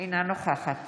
אינה נוכחת